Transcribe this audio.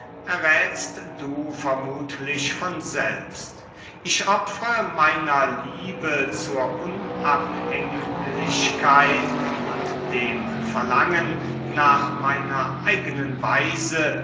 erräthst du vermuthlich von selbst ich opfre meiner liebe zur unabhänglichkeit und dem verlangen nach meiner eigenen weise